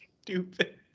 stupid